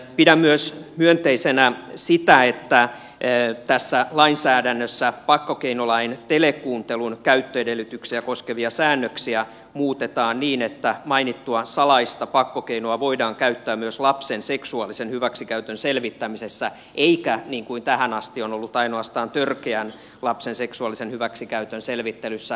pidän myös myönteisenä sitä että tässä lainsäädännössä pakkokeinolain telekuuntelun käyttöedellytyksiä koskevia säännöksiä muutetaan niin että mainittua salaista pakkokeinoa voidaan käyttää myös lapsen seksuaalisen hyväksikäytön selvittämisessä eikä niin kuin tähän asti on ollut ainoastaan lapsen törkeän seksuaalisen hyväksikäytön selvittelyssä